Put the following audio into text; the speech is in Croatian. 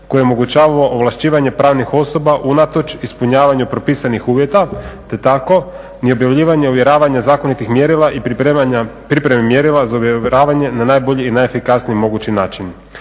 koji omogućava ovlašćivanje pravnih osoba unatoč ispunjavanju propisanih uvjeta te tako … zakonitih mjerila i pripreme mjerila za uvjeravanje na najbolji i najefikasniji mogući način.